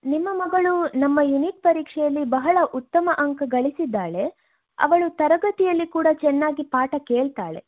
ನಿಮ್ಮ ಮಗಳು ನಮ್ಮ ಯೂನಿಟ್ ಪರೀಕ್ಷೆಯಲ್ಲಿ ಬಹಳ ಉತ್ತಮ ಅಂಕ ಗಳಿಸಿದ್ದಾಳೆ ಅವಳು ತರಗತಿಯಲ್ಲಿ ಕೂಡ ಚೆನ್ನಾಗಿ ಪಾಠ ಕೇಳ್ತಾಳೆ